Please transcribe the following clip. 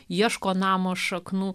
ieško namo šaknų